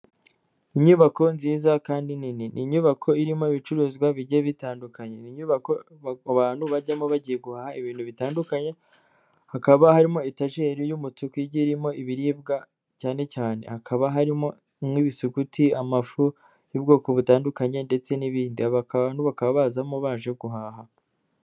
Inyubako nziza kandi nini, ni inyubako irimo ibicuruzwa bigiye bitandukanye. Ni inyubako abantu bajyamo bagiye guhaha ibintu bitandukanye, hakaba harimo itajeri y'umutuku igi irimo ibiribwa cyane cyane, hakaba harimo nk'ibisuguti, amafu y'ubwoko butandukanye ndetse n'ibindi, bakaba bazamo baje guhaha.